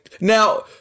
now